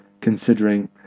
considering